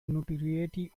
notoriety